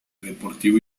deportivo